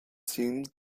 seemed